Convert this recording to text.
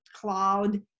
cloud